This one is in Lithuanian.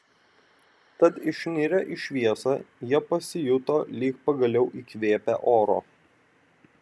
tad išnirę į šviesą jie pasijuto lyg pagaliau įkvėpę oro